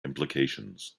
implications